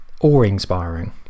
awe-inspiring